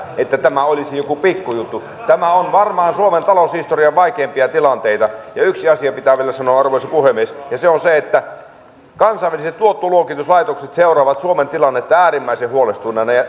olisi joku pikku juttu tämä on varmaan suomen taloushistorian vaikeimpia tilanteita yksi asia pitää vielä sanoa arvoisa puhemies ja se on se että kansainväliset luottoluokituslaitokset seuraavat suomen tilannetta äärimmäisen huolestuneina ja